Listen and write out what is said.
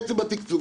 עצם התקצוב.